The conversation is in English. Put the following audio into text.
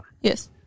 yes